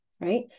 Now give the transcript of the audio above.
right